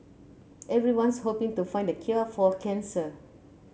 everyone's hoping to find the cure for cancer